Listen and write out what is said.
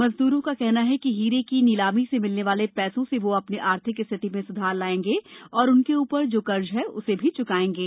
मजद्रों का कहना है कि हीरे की नीलामी से मिलने वाले पैसों से वह अपने आर्थिक स्थिति में सुधार करेंगे और जो उनके ऊपर कर्ज है उसको भी च्काएंगे